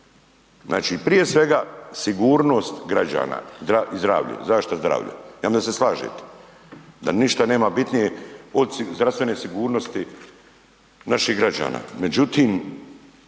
Znači, prije svega sigurnost građana i zdravlje. Zašto zdravlje, jel' me se slažete? Da ništa nema bitnije od zdravstvene sigurnosti naših građana. Međutim,